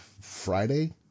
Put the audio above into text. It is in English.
friday